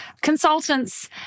consultants